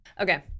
okay